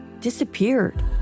disappeared